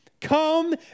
Come